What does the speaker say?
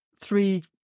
three